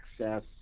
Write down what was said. access